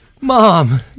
Mom